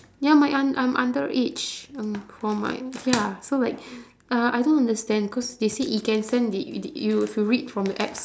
ya my un~ I'm underage um for mine ya so like uh I don't understand cause they said it can send if you read from the apps